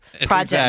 project